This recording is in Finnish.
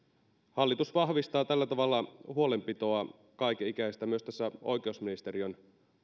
hallitus vahvistaa tällä tavalla huolenpitoa kaikenikäisistä myös tässä oikeusministeriön